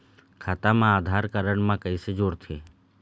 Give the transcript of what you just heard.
खाता मा आधार कारड मा कैसे जोड़थे?